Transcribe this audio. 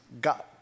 God